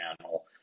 channel